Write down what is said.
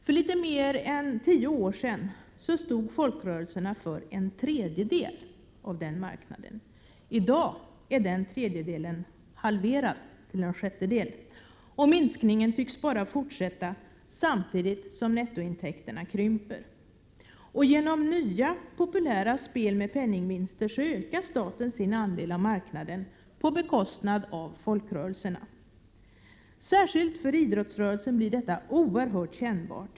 För litet mer än tio år sedan stod folkrörelserna för en tredjedel av denna marknad. I dag är denna tredjedel halverad, till en sjättedel. Minskningen tycks bara fortsätta, samtidigt som nettointäkterna krymper. Genom nya populära spel med penningvinster ökar staten sin andel av marknaden på bekostnad av folkrörelserna. Särskilt för idrottsrörelsen blir detta mycket kännbart.